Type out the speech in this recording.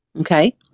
Okay